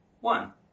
One